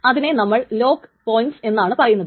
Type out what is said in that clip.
അതിനെ നമ്മൾ lock points എന്നാണ് പറയുന്നത്